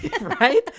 Right